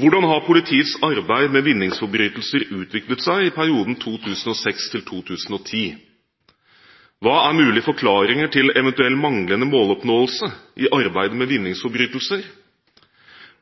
Hvordan har politiets arbeid med vinningsforbrytelser utviklet seg i perioden 2006–2010? Hva er mulige forklaringer til eventuell manglende måloppnåelse i arbeidet med vinningsforbrytelser?